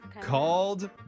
called